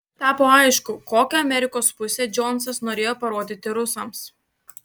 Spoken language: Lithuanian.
tapo aišku kokią amerikos pusę džonsas norėjo parodyti rusams